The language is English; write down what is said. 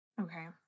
Okay